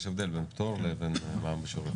יש הבדל בין פטור לבין מע"מ בשיעור אפס.